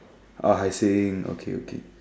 oh Hai-Sing okay okay